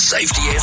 Safety